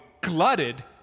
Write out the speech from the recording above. glutted